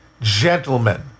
gentlemen